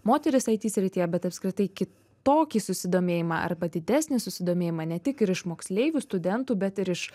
moteris it srityje bet apskritai kitokį susidomėjimą arba didesnį susidomėjimą ne tik ir iš moksleivių studentų bet ir iš